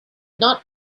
not